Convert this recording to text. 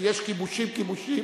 יש כיבושים-כיבושים,